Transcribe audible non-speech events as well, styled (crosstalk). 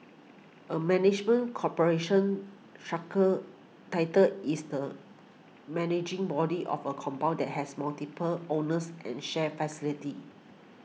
a management corporation (unintelligible) title is the managing body of a compound that has multiple owners and shared facilities